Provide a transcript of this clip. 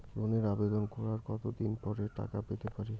লোনের আবেদন করার কত দিন পরে টাকা পেতে পারি?